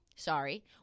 Sorry